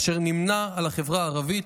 אשר נמנה עם החברה הערבית,